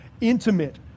intimate